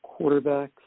Quarterbacks